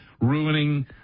ruining